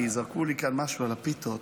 כי זרקו לי כאן משהו על הפיתות.